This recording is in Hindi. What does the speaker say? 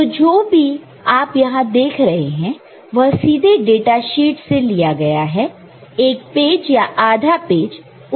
तो जो भी आप यहां देख रहे हैं वह सीधे डाटा शीट से लिया गया है एक पेज या आधा पेज उस शीट का